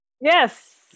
Yes